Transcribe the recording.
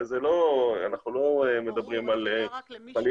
תודה שוב, עורך דין